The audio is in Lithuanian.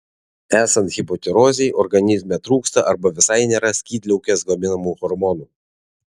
esant hipotirozei organizme trūksta arba visai nėra skydliaukės gaminamų hormonų